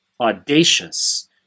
audacious